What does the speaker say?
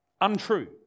untrue